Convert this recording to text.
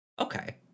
okay